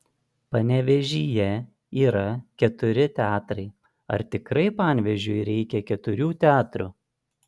panevėžyje yra keturi teatrai ar tikrai panevėžiui reikia keturių teatrų